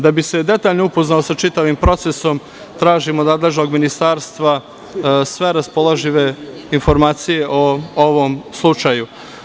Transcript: Da bi se detaljno upoznao sa čitavim procesom, tražim od nadležnog ministarstva sve raspoložive informacije o ovom slučaju.